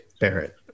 Barrett